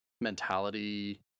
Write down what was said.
mentality